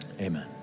Amen